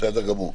בסדר גמור.